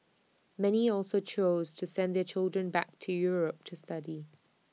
many also chose to send their children back to Europe to study